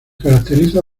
caracteriza